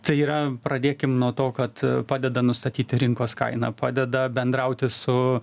tai yra pradėkim nuo to kad padeda nustatyti rinkos kainą padeda bendrauti su